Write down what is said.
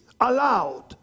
allowed